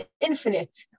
infinite